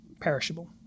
perishable